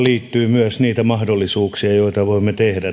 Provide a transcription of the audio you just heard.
myös niitä mahdollisuuksia joita voimme tehdä